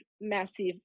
massive